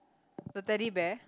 the Teddy Bear